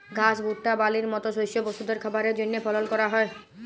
ঘাস, ভুট্টা, বার্লির মত শস্য পশুদের খাবারের জন্হে ফলল ক্যরা হ্যয়